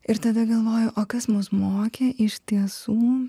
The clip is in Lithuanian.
ir tada galvoju o kas mus mokė iš tiesų